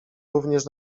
również